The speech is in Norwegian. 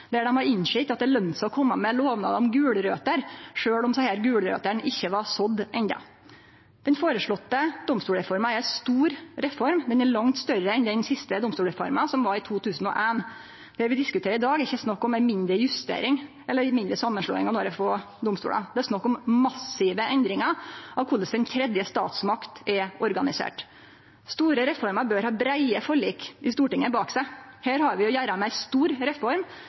der dei har innsett at det løner seg å kome med lovnader om gulrøter, sjølv om desse gulrøtene ikkje var sådde enno. Den føreslåtte domstolsreforma er ei stor reform. Ho er langt større enn den siste domstolsreforma, som var i 2001. Det vi diskuterer i dag, er ikkje snakk om ei mindre justering eller ei mindre samanslåing av nokre få domstolar. Det er snakk om massive endringar av korleis den tredje statsmakta er organisert. Store reformer bør ha breie forlik bak seg i Stortinget. Her har vi å gjere med ei stor reform